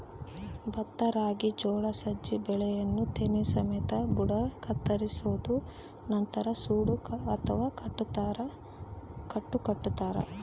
ಭತ್ತ ರಾಗಿ ಜೋಳ ಸಜ್ಜೆ ಬೆಳೆಯನ್ನು ತೆನೆ ಸಮೇತ ಬುಡ ಕತ್ತರಿಸೋದು ನಂತರ ಸೂಡು ಅಥವಾ ಕಟ್ಟು ಕಟ್ಟುತಾರ